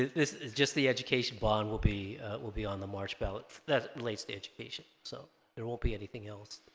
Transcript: this is just the education bond will be will be on the march ballots that relates to education so there won't be anything else